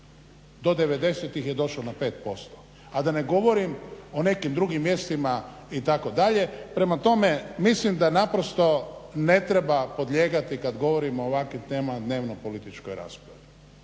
je došlo na 5%, a da ne govorim o nekim drugim mjestima itd. prema tome mislim da ne treba podlijegati kada govorimo o ovakvim temama na dnevnopolitičkoj raspravi